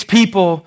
people